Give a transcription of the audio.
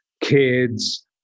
kids